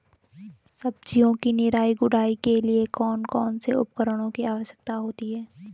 सब्जियों की निराई गुड़ाई के लिए कौन कौन से उपकरणों की आवश्यकता होती है?